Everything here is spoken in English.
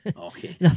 Okay